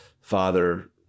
father